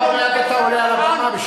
עוד מעט אתה עולה על הבמה.